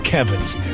Kevin's